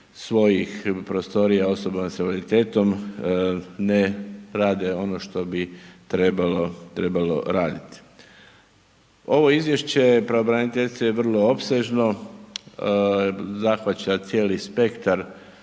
svojih prostorija osoba sa invaliditetom, ne rade ono što bi trebalo raditi. Ovo izvješće pravobraniteljice je vrlo opsežno, zahvaća cijeli spektar